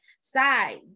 side